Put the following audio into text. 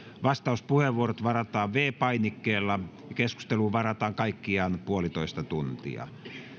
vastauspuheenvuorot varataan viidennellä painikkeella keskusteluun varataan kaikkiaan puolitoista tuntia